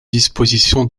disposition